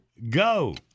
Go